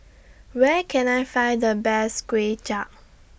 Where Can I Find The Best Kuay Chap